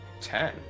Ten